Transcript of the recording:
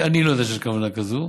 אני לא יודע שיש כוונה כזאת.